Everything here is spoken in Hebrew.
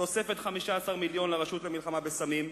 תוספת 15 מיליון לרשות למלחמה בסמים,